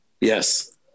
Yes